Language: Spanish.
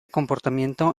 comportamiento